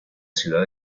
ciudad